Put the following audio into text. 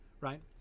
Right